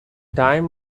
time